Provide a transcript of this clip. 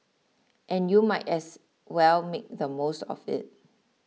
and you might as well make the most of it